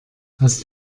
hast